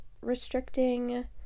restricting